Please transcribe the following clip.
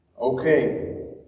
Okay